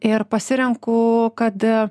ir pasirenku kad